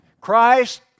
Christ